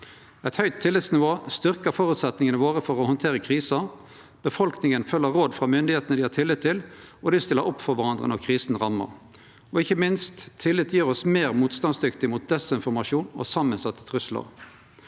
Eit høgt tillitsnivå styrkjer føresetnadene våre for å handtere kriser. Befolkninga følgjer råd frå myndigheitene dei har tillit til, og dei stiller opp for kvarandre når krisa rammar. Ikkje minst gjer tillit oss meir motstandsdyktige mot desinformasjon og samansette truslar.